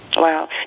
Wow